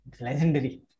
legendary